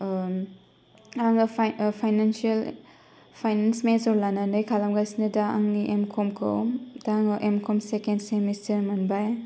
आङो फाइ financial finance major लानानै खालामगासिनो दा आंनि एम कमखौ दा आङो एम कम सेकेण्ड सेमिस्टार मोनबाय